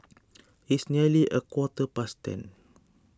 it's nearly a quarter past ten